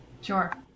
Sure